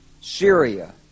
Syria